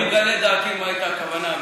דעתי מה הייתה הכוונה,